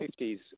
50s